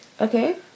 Okay